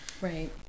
Right